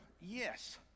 yes